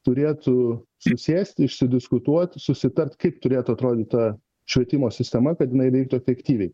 turėtų susėst išsidiskutuot susitart kaip turėtų atrodyt ta švietimo sistema kad jinai veiktų efektyviai